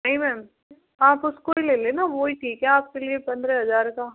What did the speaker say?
नहीं मैम आप उसको ले लें न वही ठीक है आपके लिए पंद्रह हज़ार का